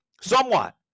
somewhat